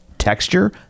Texture